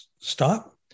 stop